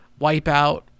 Wipeout